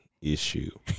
issue